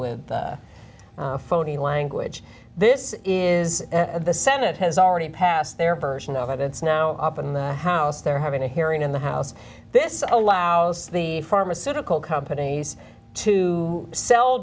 with phony language this is and the senate has already passed their version of it's now up in the house they're having a hearing in the house this allows the pharmaceutical companies to sell